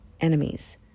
enemies